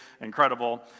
Incredible